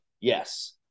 Yes